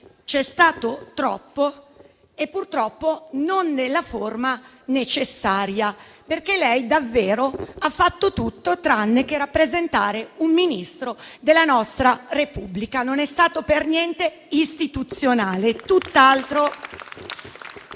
c'è stato troppo e purtroppo non nella forma necessaria, perché ha fatto davvero tutto tranne che rappresentare un Ministro della nostra Repubblica. Non è stato per niente istituzionale,